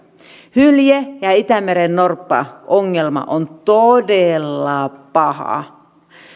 hylje ja ja itämerennorppaongelma on todella paha